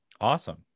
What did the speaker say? Awesome